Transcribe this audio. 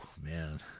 Man